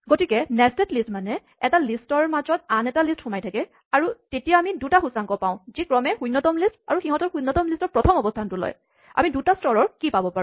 গতিকে nested list মানে এটা লিষ্টৰ মাজত আন এটা লিষ্ট সোমাই থাকে আৰু তেতিয়া আমি দুটা সূচাংক পাওঁ যি ক্ৰমে শূণ্যতম লিষ্ট আৰু সিহঁতৰ শূণ্যতম লিষ্টৰ প্ৰথম অৱস্হান লয় আমি দুটা স্তৰৰ কীচাবি পাব পাৰোঁ